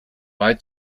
bei